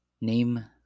Name